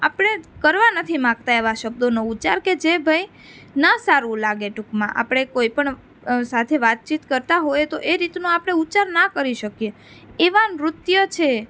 આપણે કરવા નથી માંગતા એવા શબ્દોનો ઉચ્ચાર કે જે ભાઈ ના સારું લાગે ટૂંકમાં આપણે કોઈ પણ સાથે વાતચીત કરતાં હોય તો એ રીતનો આપણે ઉચ્ચાર ના કરી શકીએ એવા નૃત્ય છે